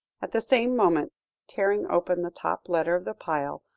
at the same moment tearing open the top letter of the pile,